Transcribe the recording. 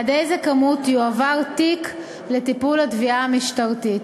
עד איזה כמות יועבר תיק לטיפול התביעה המשטרתית.